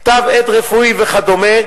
כתב עת רפואי וכדומה.